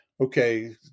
okay